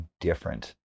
different